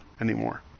anymore